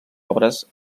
obres